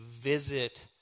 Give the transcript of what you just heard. visit